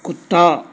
ਕੁੱਤਾ